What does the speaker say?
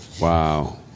Wow